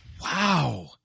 Wow